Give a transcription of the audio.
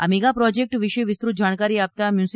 આ mega project વિશે વિસ્તૃત જાણકારી આપતા મ્યુનિ